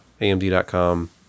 AMD.com